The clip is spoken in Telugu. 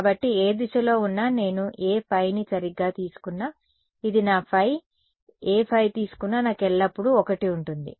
కాబట్టి ఏ దిశలో ఉన్నా నేను ఏ ϕ ని సరిగ్గా తీసుకున్నా ఇది నా ϕ ఏ ϕ తీసుకున్నా నాకు ఎల్లప్పుడూ 1 ఉంటుంది